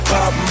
Pop